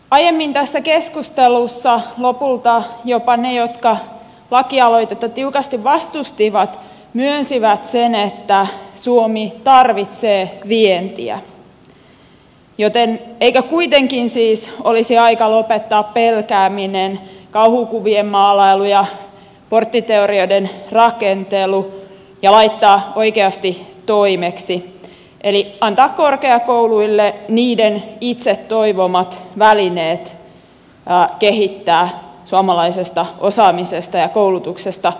aiemmin tässä keskustelussa lopulta jopa ne jotka lakialoitetta tiukasti vastustivat myönsivät sen että suomi tarvitsee vientiä joten eikö kuitenkin siis olisi aika lopettaa pelkääminen kauhukuvien maalailu ja porttiteorioiden rakentelu ja laittaa oikeasti toimeksi eli antaa korkeakouluille niiden itse toivomat välineet kehittää suomalaisesta osaamisesta ja koulutuksesta vientituotetta